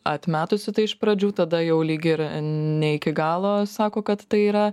atmetusi tai iš pradžių tada jau lyg ir ne iki galo sako kad tai yra